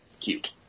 cute